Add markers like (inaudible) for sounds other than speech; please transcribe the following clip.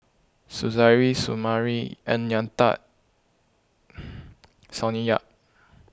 Suzairhe Sumari Ng Yat (unintelligible) Sonny Yap